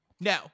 No